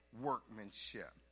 workmanship